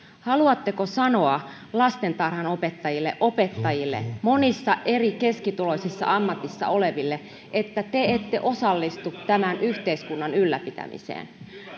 haluatteko sanoa lastentarhanopettajille opettajille monissa eri keskituloisissa ammateissa oleville että he eivät osallistu tämän yhteiskunnan ylläpitämiseen